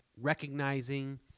recognizing